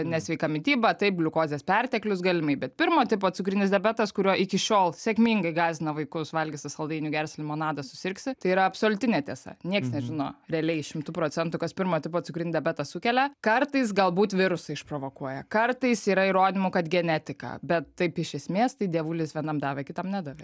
nesveika mityba taip gliukozės perteklius galimai bet pirmo tipo cukrinis diabetas kuriuo iki šiol sėkmingai gąsdina vaikus valgysi saldainių gersi limonadą susirgsi tai yra absoliuti netiesa nieks nežino realiai šimtu procentų kas pirmojo tipo cukrinį diabetą sukelia kartais galbūt virusai išprovokuoja kartais yra įrodymų kad genetika bet taip iš esmės tai dievulis vienam davė kitam nedavė